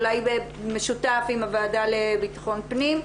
אולי במשותף עם הוועדה לבטחון פנים,